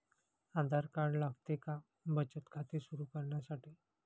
आधार card लागते का बचत खाते सुरू करण्यासाठी?